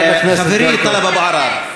חברי טלב אבו עראר,